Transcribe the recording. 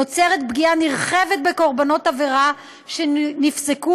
נוצרת פגיעה נרחבת בקורבנות עבירה שנפסקו